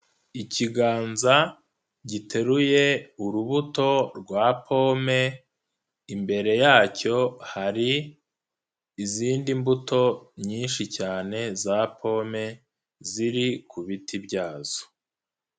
Ikiganza giteruye urubuto rwa pome imbere yacyo hari izindi mbuto nyinshi cyane za pome ziri ku biti byazo.